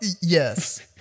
Yes